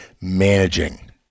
managing